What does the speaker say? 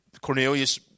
Cornelius